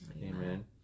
Amen